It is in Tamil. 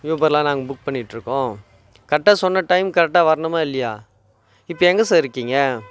ஊபரெலாம் நாங்கள் புக் பண்ணிகிட்ருக்கோம் கரெக்டாக சொன்ன டைம்க்கு கரெக்டாக வரணுமா இல்லையா இப்போ எங்கே சார் இருக்கீங்க